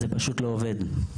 זה פשוט לא עובד.